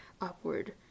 upward